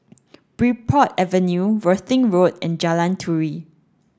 Bridport Avenue Worthing Road and Jalan Turi